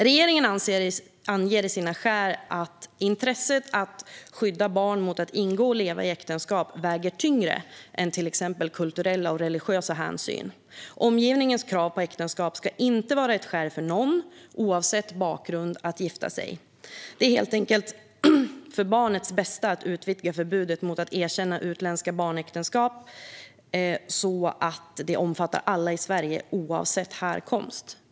Regeringen anger i sina skäl att intresset av att skydda barn mot att ingå och leva i äktenskap väger tyngre än till exempel kulturella eller religiösa hänsyn. Omgivningens krav på äktenskap ska inte vara ett skäl för någon, oavsett bakgrund, att gifta sig. Det är helt enkelt för barnets bästa att utvidga förbudet mot att erkänna utländska barnäktenskap så att det omfattar alla i Sverige, oavsett härkomst.